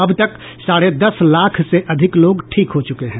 अब तक साढे दस लाख से अधिक लोग ठीक हो चुके हैं